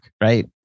right